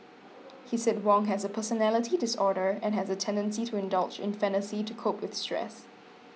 he said Wong has a personality disorder and has a tendency to indulge in fantasy to cope with stress